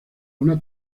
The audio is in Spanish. una